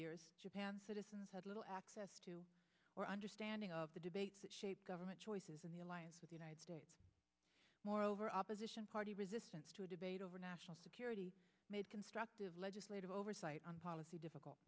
years japan citizens had little access to or understanding of the debates that shape government choices in the alliance with united states moreover opposition party resistance to a debate over national security made constructive legislative oversight on policy difficult